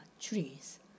trees